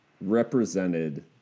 represented